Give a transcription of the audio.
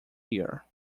here